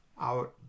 out